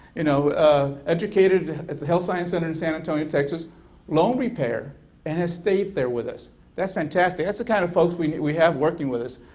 you know ah educated at the health science center in san antonio texas loan repair and has stayed there with us that's fantastic, that's the kind of folks we we have working with us.